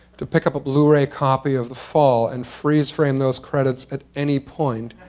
to pick up a blu-ray copy of the fall and freeze frame those credits at any point.